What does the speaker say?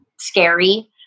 scary